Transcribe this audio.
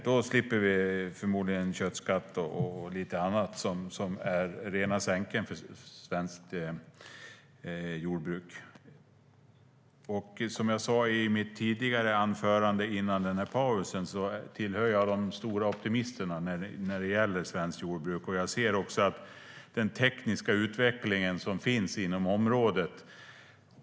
Då slipper vi förmodligen köttskatt och lite annat som är rena sänken för svenskt jordbruk. Som jag sa i mitt inlägg före pausen tillhör jag de stora optimisterna när det gäller svenskt jordbruk. Jag ser också den tekniska utveckling som finns inom området.